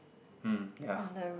mm ya